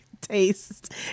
taste